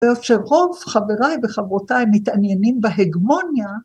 ‫ואף שרוב חבריי וחברותיי ‫מתעניינים בהגמוניה...